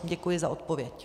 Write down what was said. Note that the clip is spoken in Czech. Děkuji za odpověď.